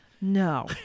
No